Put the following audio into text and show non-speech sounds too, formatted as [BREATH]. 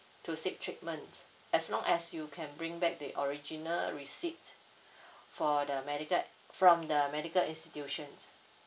to seek treatment as long as you can bring back the original receipt [BREATH] for the medical from the medical institutions